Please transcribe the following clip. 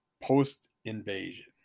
post-invasion